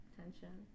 tension